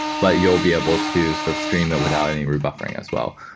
but you'll be able to sort of stream it without any rebuffering as well.